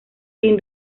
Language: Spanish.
sin